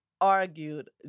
argued